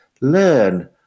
learn